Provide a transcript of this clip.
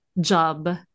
job